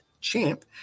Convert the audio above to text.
Champ